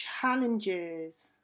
challenges